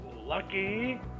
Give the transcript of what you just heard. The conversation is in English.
Lucky